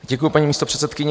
Děkuji, paní místopředsedkyně.